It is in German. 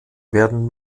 werden